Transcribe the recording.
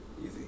easy